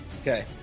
Okay